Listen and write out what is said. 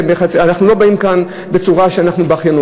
אנחנו לא באים לכאן בצורה של התבכיינות.